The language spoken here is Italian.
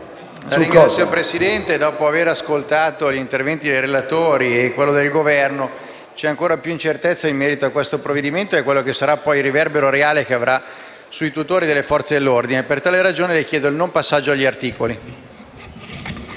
Signor Presidente, dopo aver ascoltato gli interventi del relatore e del Governo, c'è ancora più incertezza in merito a questo provvedimento e a quello che sarà poi il riverbero reale che avrà sui tutori dell'ordine. Per tale ragione, ai sensi dell'articolo